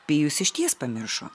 pijus išties pamiršo